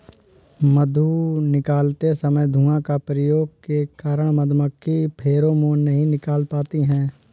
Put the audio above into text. मधु निकालते समय धुआं का प्रयोग के कारण मधुमक्खी फेरोमोन नहीं निकाल पाती हैं